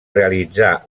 realitzar